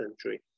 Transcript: century